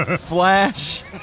Flash